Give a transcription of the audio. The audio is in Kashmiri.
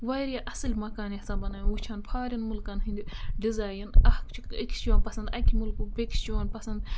واریاہ اَصٕلۍ مَکان یَژھان بَناوٕنۍ وٕچھان فارِن مُلکَن ہٕنٛدۍ ڈِزایِن اَکھ چھِ أکِس چھِ یِوان پَسَنٛد اَکہِ مُلکُک بیٚکِس چھُ یِوان پَسَنٛد